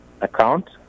account